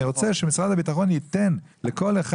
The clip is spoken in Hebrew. אני רוצה שמשרד הביטחון ייתן לכל אחד